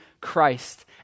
Christ